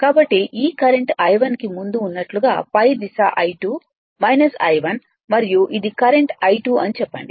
కాబట్టి ఈ current I1 కి ముందు ఉన్నట్లుగా పై దిశ I2 I1 మరియు ఇది కరెంట్ I2 అని చెప్పండి